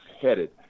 headed